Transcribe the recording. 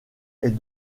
est